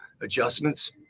adjustments